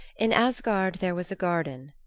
in asgard there was a garden,